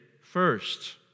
first